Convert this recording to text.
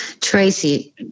Tracy